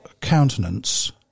countenance